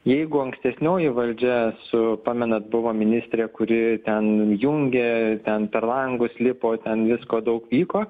jeigu ankstesnioji valdžia su pamenat buvo ministrė kuri ten jungė ten per langus lipo ten visko daug vyko